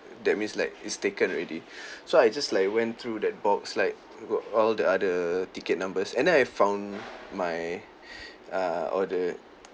that means like it's taken already so I just like went through that box like got all the other ticket numbers and then I found my err order